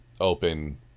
open